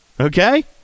Okay